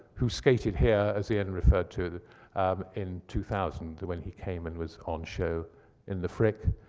who skated here, as ian referred to, in two thousand, when he came and was on show in the frick.